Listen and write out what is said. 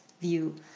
view